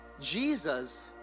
Jesus